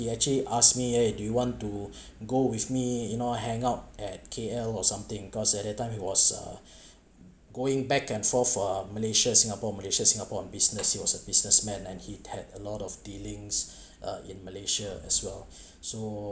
he actually ask me eh do you want to go with me you know hang out at K_L or something cause at that time he was uh going back and for uh malaysia singapore malaysia singapore on business he was a businessman and he had a lot of dealings uh in malaysia as well so